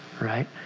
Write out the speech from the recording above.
right